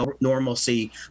normalcy